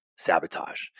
sabotage